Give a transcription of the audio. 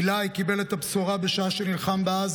עילאי קיבל את הבשורה בשעה שנלחם בעזה,